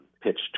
Pitched